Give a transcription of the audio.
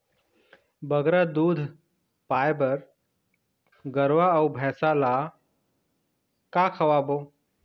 बगरा दूध पाए बर गरवा अऊ भैंसा ला का खवाबो?